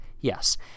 Yes